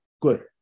good